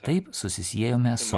taip susisiejome su